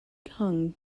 kung